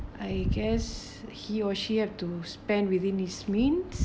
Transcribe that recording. I guess he or she have to spend within his means